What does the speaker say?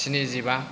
स्निजिबा